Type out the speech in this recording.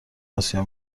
آسیا